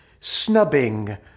snubbing